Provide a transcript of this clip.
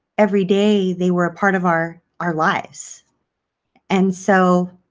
every day, they were a part of our our lives and so